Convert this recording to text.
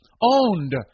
Owned